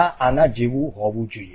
આ આના જેવું હોવું જોઈએ